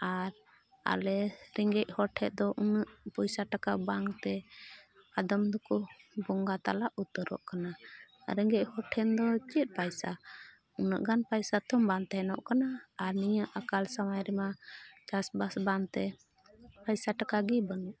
ᱟᱨ ᱟᱞᱮ ᱨᱮᱸᱜᱮᱡ ᱦᱚᱲ ᱴᱷᱮᱡ ᱫᱚ ᱩᱱᱟᱹᱜ ᱯᱚᱭᱥᱟ ᱴᱟᱠᱟ ᱵᱟᱝᱛᱮ ᱟᱫᱚᱢ ᱫᱚᱠᱚ ᱵᱚᱸᱜᱟ ᱛᱟᱞᱟ ᱩᱛᱟᱹᱨᱚᱜ ᱠᱟᱱᱟ ᱨᱮᱸᱜᱮᱡ ᱦᱚᱲ ᱴᱷᱮᱱ ᱫᱚ ᱪᱮᱫ ᱯᱚᱭᱥᱟ ᱩᱱᱟᱹᱜ ᱜᱟᱱ ᱯᱚᱭᱥᱟ ᱛᱚ ᱵᱟᱝ ᱛᱟᱦᱮᱱᱚᱜ ᱠᱟᱱᱟ ᱟᱨ ᱱᱤᱭᱟᱹ ᱟᱠᱟᱞ ᱥᱚᱢᱚᱭ ᱨᱮᱢᱟ ᱪᱟᱥᱵᱟᱥ ᱵᱟᱝ ᱛᱮ ᱯᱚᱭᱥᱟ ᱴᱟᱠᱟ ᱜᱮ ᱵᱟᱹᱱᱩᱜᱼᱟ